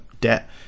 debt